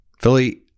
Philly